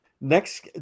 next